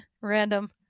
Random